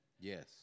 Yes